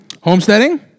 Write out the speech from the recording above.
Homesteading